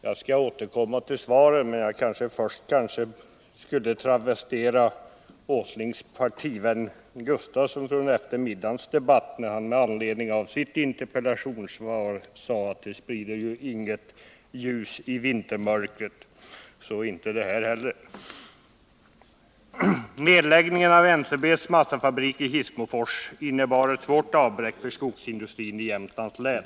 Jag skall återkomma till svaren, men jag kanske först skulle travestera Nils Åslings partivän Rune Gustavsson från eftermiddagens debatt, när han om sitt interpellationssvar sade att det inte sprider något ljus i vintermörkret — så inte heller detta. Nedläggningen av NCB:s massafabrik i Hissmofors innebar ett svårt avbräck för skogsindustrin i Jämtlands län.